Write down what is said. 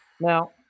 Now